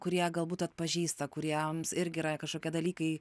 kurie galbūt atpažįsta kuriems irgi yra kažkokie dalykai